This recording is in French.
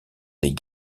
des